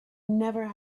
never